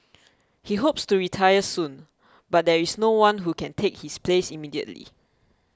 he hopes to retire soon but there is no one who can take his place immediately